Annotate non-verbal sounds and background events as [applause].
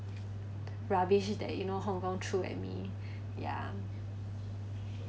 rubbish that you know hong kong threw at me [breath] ya